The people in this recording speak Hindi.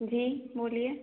जी बोलिए